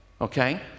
okay